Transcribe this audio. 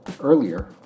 Earlier